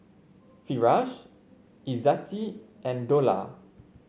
Firash Izzati and Dollah